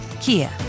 Kia